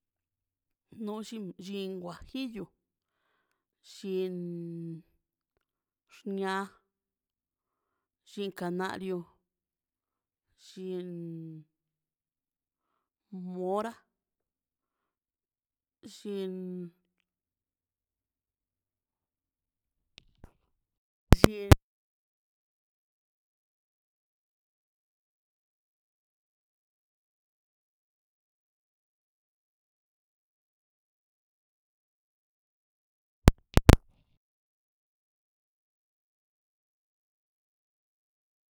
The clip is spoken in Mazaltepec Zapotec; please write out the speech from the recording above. No lli llin guajillo llin xnia llin kanario llin mora llin llin